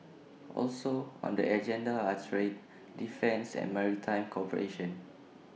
also on the agenda are trade defence and maritime cooperation